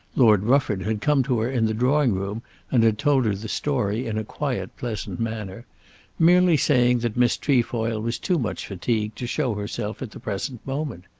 lord rufford had come to her in the drawing-room and had told her the story in a quiet pleasant manner merely saying that miss trefoil was too much fatigued to show herself at the present moment.